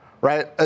right